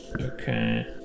Okay